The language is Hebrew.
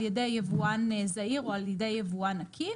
ידי יבואן זעיר או על ידי יבואן עקיף,